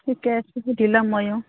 ঠিকে আছে সুধি ল'ম ময়ো